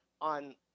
on